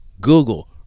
Google